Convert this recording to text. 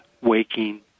waking